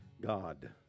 God